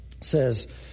says